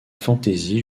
fantaisie